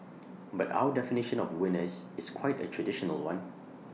but our definition of winners is quite A traditional one